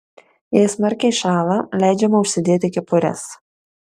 jei smarkiai šąla leidžiama užsidėti kepures